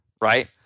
right